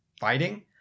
fighting